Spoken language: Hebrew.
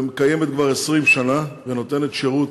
היא קיימת כבר 20 שנה, ונותנת שירות